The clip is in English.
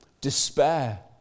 Despair